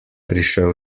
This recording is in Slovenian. prišel